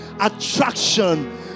attraction